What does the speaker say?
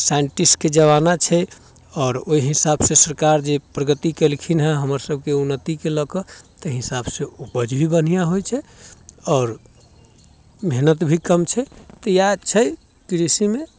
साइन्टिस्टके जमाना छै आओर ओहि हिसाबसँ सरकार जे प्रगति केलखिन हँ हमरसबके उन्नतिके लऽ कऽ ताहि हिसाबसँ उपज भी बढ़िआँ होइ छै आओर मेहनति भी कम छै तऽ इएह छै कृषिमे